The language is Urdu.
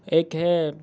ایک ہے